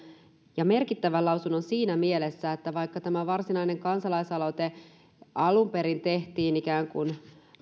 ja merkittävän lausunnon siinä mielessä että vaikka tämä varsinainen kansalaisaloite alun perin tehtiin ikään kuin